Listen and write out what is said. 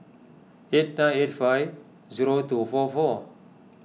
eight nine eight five zero two four four